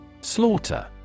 Slaughter